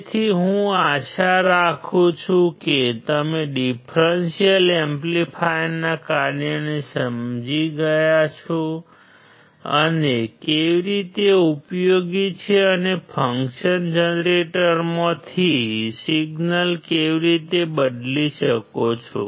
તેથી હું આશા રાખું છું કે તમે ડીફ્રેન્શિઅલ એમ્પ્લીફાયરના કાર્યને સમજી ગયા છો અને તે કેવી રીતે ઉપયોગી છે અને તમે ફંક્શન જનરેટરમાંથી સિગ્નલ કેવી રીતે બદલી શકો છો